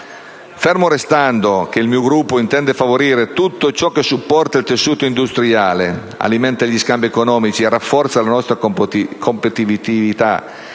Fermo restando che il mio Gruppo intende favorire tutto ciò che supporta il tessuto industriale, alimenta gli scambi economici e rafforza la nostra competitività,